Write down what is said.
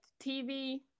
tv